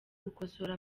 gukosora